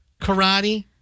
Karate